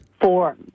Four